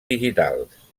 digitals